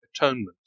atonement